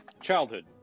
Childhood